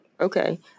okay